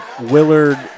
Willard